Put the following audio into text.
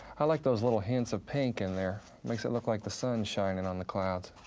i like those little hints of pink in there, makes it look like the sun's shining on the clouds.